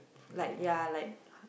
like ya like h~